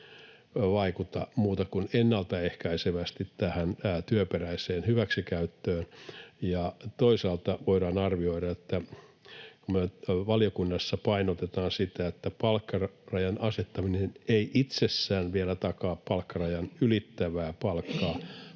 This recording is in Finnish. vaikuta muuten kuin ennalta ehkäisevästi tähän työperäiseen hyväksikäyttöön. Toisaalta voidaan arvioida, niin kuin me valiokunnassa painotetaan, että palkkarajan asettaminen ei itsessään vielä takaa palkkarajan ylittävää palkkaa